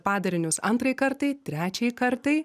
padarinius antrai kartai trečiai kartai